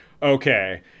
okay